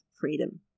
freedom